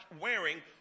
wearing